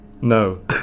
no